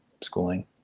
schooling